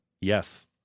Yes